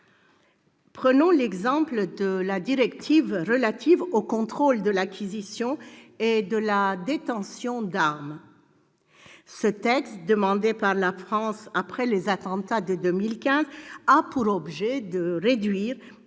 Prenons l'exemple de la directive relative au contrôle de l'acquisition et de la détention d'armes. Ce texte, demandé par la France après les attentats de 2015, a pour objet de réduire